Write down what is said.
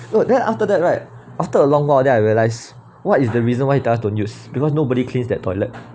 then after that right after a long walk then I realise what is the reason why he tell us don't use because nobody cleans that toilet